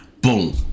boom